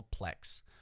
plex